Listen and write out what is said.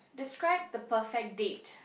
describe the perfect date